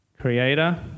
Creator